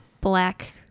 black